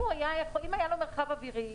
אם היה לו מרחב אווירי,